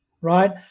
right